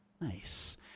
Nice